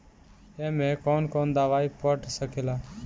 ए में कौन कौन दवाई पढ़ सके ला?